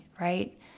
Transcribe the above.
right